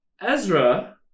Ezra